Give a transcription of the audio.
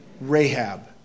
Rahab